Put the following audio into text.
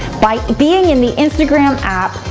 by being in the instagram app,